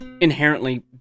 inherently